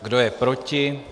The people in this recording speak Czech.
Kdo je proti?